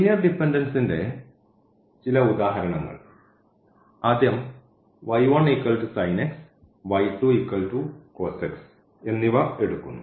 linear ഡിപെൻഡൻസിൻറെ ചില ഉദാഹരണങ്ങൾ ആദ്യം എന്നിവ എടുക്കുന്നു